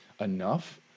enough